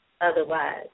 Otherwise